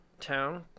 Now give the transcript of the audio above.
town